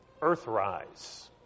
Earthrise